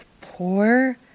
Poor